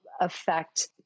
affect